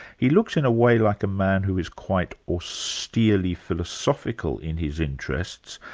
he looks in a way like a man who is quite austerely philosophical in his interests,